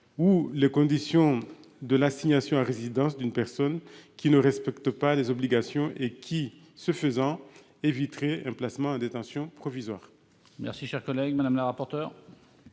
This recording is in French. ou les conditions de l'assignation à résidence d'une personne ne respectant pas ses obligations, et d'éviter ainsi un placement en détention provisoire.